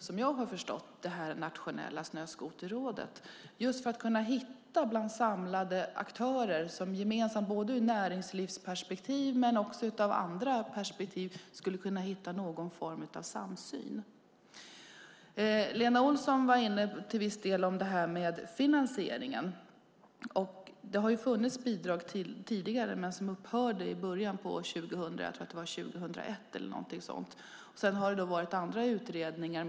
Som jag förstått det tillsattes Nationella Snöskoterrådet just för att bland annat ur ett näringslivsperspektiv bland samlade aktörer kunna hitta någon form av samsyn. Till viss del var Lena Olsson inne på finansieringen. Tidigare fanns det bidrag. Men 2001, tror jag, upphörde dessa. Det har också varit andra utredningar.